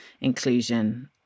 inclusion